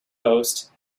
post